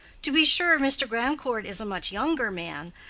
to be sure, mr. grandcourt is a much younger man,